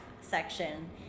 section